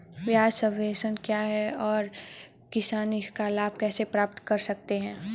ब्याज सबवेंशन क्या है और किसान इसका लाभ कैसे प्राप्त कर सकता है?